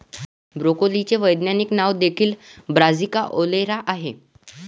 ब्रोकोलीचे वैज्ञानिक नाव देखील ब्रासिका ओलेरा आहे